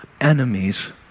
enemies